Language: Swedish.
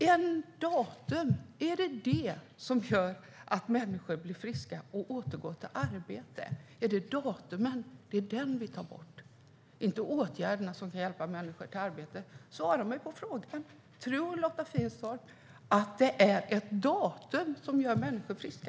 Är det ett datum som gör att människor blir friska och återgår till arbete? Vi tar bort datumet, inte åtgärderna som kan hjälpa människor till arbete. Svara mig på frågan. Tror Lotta Finstorp att det är ett datum som gör människor friska?